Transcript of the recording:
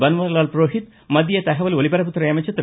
பன்வாரிலால் புரோஹித் மத்திய தகவல் ஒலிபரப்புத்துறை அமைச்சர் திரு